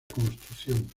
construcción